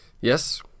Yes